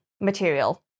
material